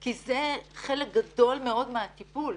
כי זה חלק גדול מאוד מהטיפול.